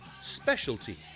specialty